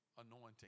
anointing